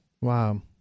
Wow